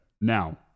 now